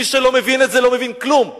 מי שלא מבין את זה לא מבין כלום.